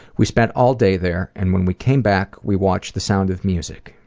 we spent all day there and when we came back, we watched the sound of music.